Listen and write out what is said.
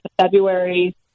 February